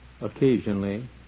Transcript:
Occasionally